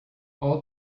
all